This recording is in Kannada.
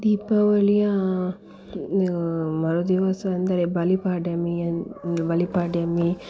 ದೀಪಾವಳಿಯ ಮರುದಿವಸ ಅಂದರೆ ಬಲಿಪಾಡ್ಯಮಿಯಂದು ಬಲಿಪಾಡ್ಯಮಿ